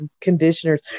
conditioners